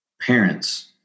parents